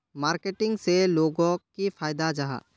Marketing से लोगोक की फायदा जाहा?